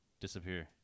Disappear